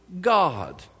God